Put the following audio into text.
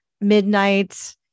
midnight